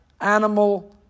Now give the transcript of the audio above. animal